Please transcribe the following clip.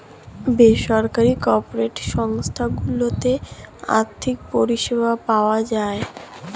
বেসরকারি কর্পোরেট সংস্থা গুলোতে আর্থিক পরিষেবা পাওয়া যায়